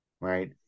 right